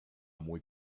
muy